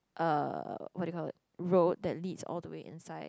uh what do you call that road that leads all the way inside